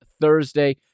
Thursday